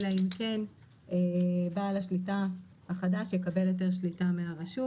אלא אם כן בעל השליטה החדש יקבל היתר שליטה מהרשות.